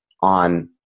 on